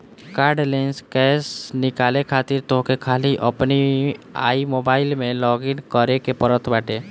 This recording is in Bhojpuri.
कार्डलेस कैश निकाले खातिर तोहके खाली अपनी आई मोबाइलम में लॉगइन करे के पड़त बाटे